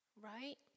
Right